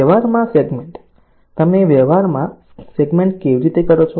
વ્યવહારમાં સેગ્મેન્ટ તમે વ્યવહારમાં સેગ્મેન્ટ કેવી રીતે કરો છો